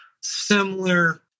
Similar